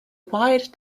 wide